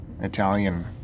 Italian